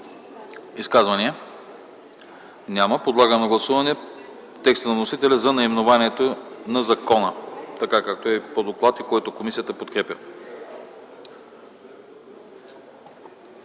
Изказвания? Няма. Подлагам на гласуване текста на вносителя за наименованието на закона така, както е по доклад и предложената редакция